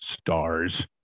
stars